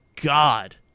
God